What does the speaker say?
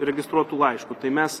registruotu laišku tai mes